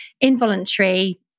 involuntary